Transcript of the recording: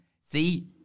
see